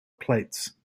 plates